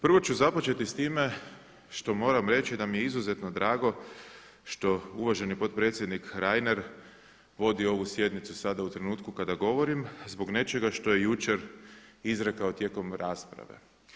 Prvo ću započeti s time što moram reći da mi je izuzetno drago što uvaženi potpredsjednik Reiner vodi ovu sjednicu sada u trenutku kada govorim zbog nečega što je jučer izrekao tijekom rasprave.